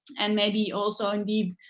and maybe also, indeed,